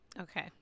Okay